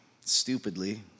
Stupidly